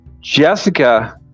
Jessica